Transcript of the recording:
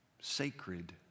sacred